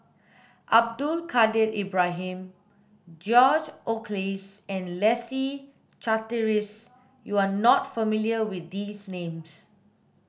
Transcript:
Abdul Kadir Ibrahim George Oehlers and Leslie Charteris you are not familiar with these names